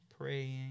praying